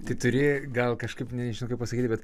kai turi gal kažkaip nežinau kaip pasakyti bet